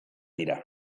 dira